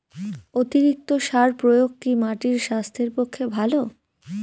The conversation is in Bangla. অতিরিক্ত সার প্রয়োগ কি মাটির স্বাস্থ্যের পক্ষে ভালো?